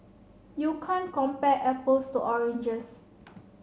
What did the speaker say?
you can't compare apples to oranges